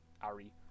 Ari